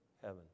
heaven